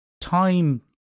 time